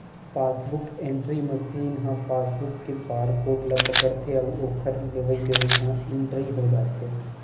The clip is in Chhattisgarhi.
पासबूक एंटरी मसीन ह पासबूक के बारकोड ल पड़थे अउ ओखर लेवई देवई ह इंटरी हो जाथे